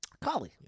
Collie